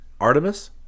Artemis